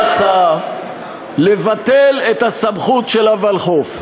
עלתה הצעה לבטל את הסמכות של הוולחו"ף,